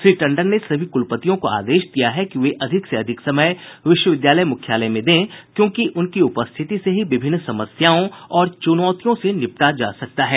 श्री टंडन ने सभी कुलपतियों को आदेश दिया है कि वे अधिक से अधिक समय विश्वविद्यालय मुख्यालय में दें क्योंकि उनकी उपस्थिति से ही विभिन्न समस्याओं और चुनौतियों से निपटा जा सकता है